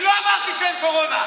אני לא אמרתי שאין קורונה.